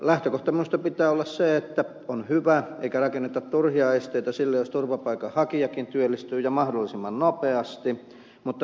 lähtökohdan minusta pitää olla se että on hyvää eikä rakenneta turhia esteitä hyvä jos turvapaikanhakijakin työllistyy ja mahdollisimman nopeasti eikä rakenneta turhia esteitä sille